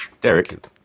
Derek